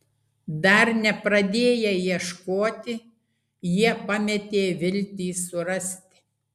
dar nepradėję ieškoti jie pametė viltį surasti